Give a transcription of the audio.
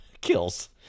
kills